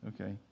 Okay